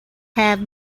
have